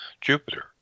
Jupiter